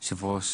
גם יושב-ראש